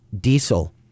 diesel